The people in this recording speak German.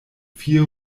vier